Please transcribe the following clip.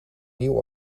nieuw